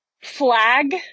flag